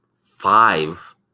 five